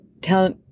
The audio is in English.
tell